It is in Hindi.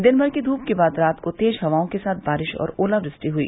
दिन भर की धूप के बाद रात को तेज हवाओं के साथ बारिश और ओलावृष्टि हुई